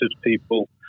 people